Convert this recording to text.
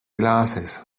glasses